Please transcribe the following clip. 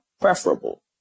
preferable